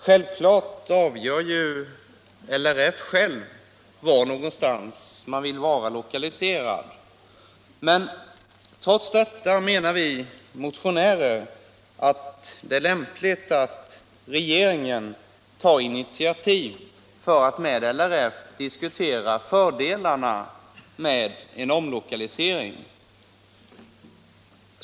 Självklart avgör LRF själv var någonstans man vill vara lokaliserad. Trots detta menar vi motionärer att det är lämpligt att regeringen tar initiativ för att med LRF diskutera fördelarna med en omlokalisering.